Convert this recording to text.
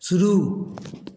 शुरू